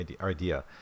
idea